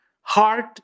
heart